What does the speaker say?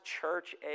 church